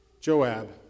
Joab